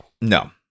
No